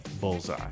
Bullseye